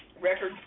Record